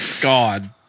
God